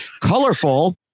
colorful